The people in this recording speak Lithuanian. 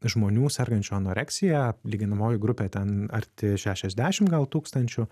žmonių sergančių anoreksija lyginamoji grupė ten arti šešiasdešim gal tūkstančių